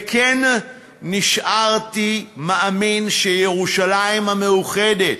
וכן נשארתי מאמין שירושלים המאוחדת,